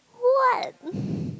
what